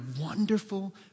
wonderful